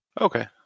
Okay